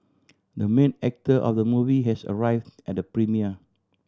the main actor of the movie has arrived at the premiere